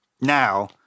Now